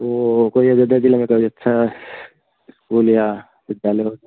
तो कोई अयोध्या ज़िले मे कोई अच्छा इस्कूल या विद्यालय हो